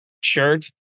shirt